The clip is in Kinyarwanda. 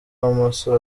amaso